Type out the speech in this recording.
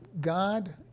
God